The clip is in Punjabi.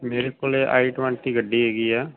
ਮੇਰੇ ਕੋਲੇ ਆਈ ਟਵੈਂਟੀ ਗੱਡੀ ਹੈਗੀ ਆ